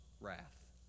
wrath